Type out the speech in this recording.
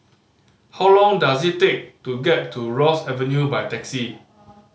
how long does it take to get to Ross Avenue by taxi